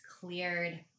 cleared